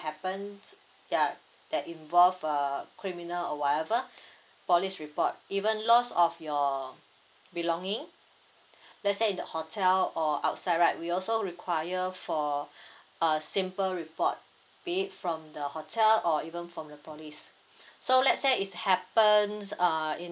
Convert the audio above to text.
happened ya that involve uh criminal or whatever police report even loss of your belonging let say in the hotel or outside right we also require for a simple report be it from the hotel or even from the police so let say it's happens uh in